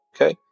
Okay